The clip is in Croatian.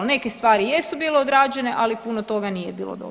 Neke stvari jesu bile odrađene, ali puno toga nije bilo dobro.